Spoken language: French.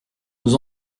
nous